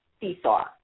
seesaw